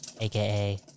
aka